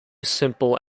simple